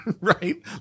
right